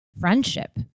friendship